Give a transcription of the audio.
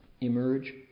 emerge